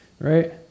right